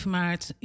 maart